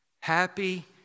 Happy